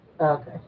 Okay